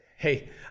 Hey